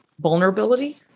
vulnerability